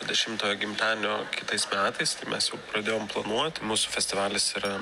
dešimtojo gimtadienio kitais metais tai mes jau pradėjom planuot mūsų festivalis yra